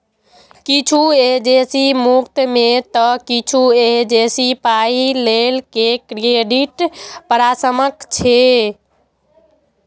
किछु एजेंसी मुफ्त मे तं किछु एजेंसी पाइ लए के क्रेडिट परामर्श दै छै